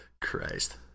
Christ